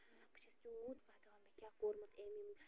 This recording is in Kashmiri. بہٕ چھَس تیوٗت وَدان مےٚ کیٛاہ کوٚرمُت أمۍ یہِ